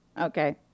Okay